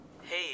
Hey